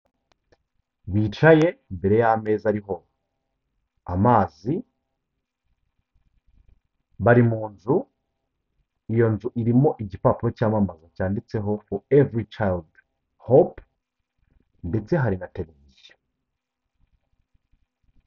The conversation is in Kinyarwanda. Bicaye imbere y'ameza ariho amazi, bari mu nzu, iyo nzu irimo igipapu cyamamaza cyanditseho for every child hope ndetse hari na televiziyo.